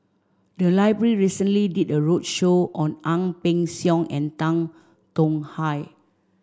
the library recently did a roadshow on Ang Peng Siong and Tan Tong Hye